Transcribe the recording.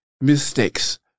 mistakes